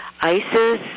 ISIS